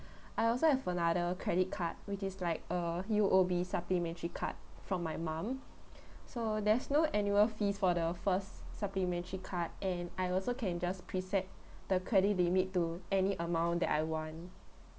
I also have another credit card which is like uh U_O_B supplementary card from my mum so there's no annual fees for the first supplementary card and I also can just preset the credit limit to any amount that I want